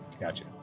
Gotcha